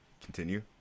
continue